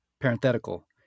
Parenthetical